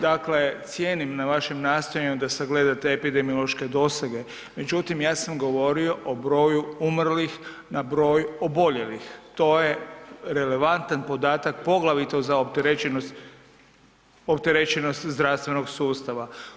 Dakle, cijenim na vašem nastojanju da sagledate epidemiološke dosege, međutim ja sam govorio o broju umrlih na broj oboljelih, to je relevantan podatak poglavito za opterećenost zdravstvenog sustava.